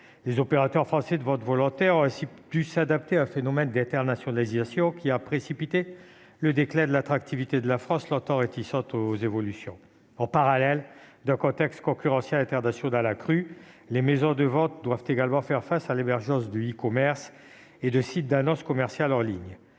Les opérateurs français des ventes volontaires ont ainsi dû s'adapter à un phénomène d'internationalisation qui a précipité le déclin de l'attractivité de la France, longtemps réticente aux évolutions. En parallèle d'un contexte concurrentiel international accru, les maisons de ventes doivent faire face à l'émergence du e-commerce et de sites d'annonces commerciales en ligne.